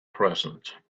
present